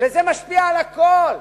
וזה משפיע על הכול.